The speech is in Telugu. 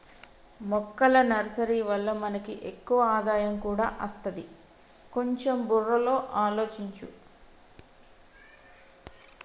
మొక్కల నర్సరీ వల్ల మనకి ఎక్కువ ఆదాయం కూడా అస్తది, కొంచెం బుర్రలో ఆలోచించు